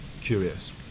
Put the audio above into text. curious